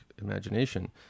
imagination